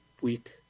week